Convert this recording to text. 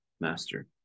master